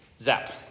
zap